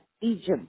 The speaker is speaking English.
Egypt